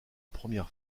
première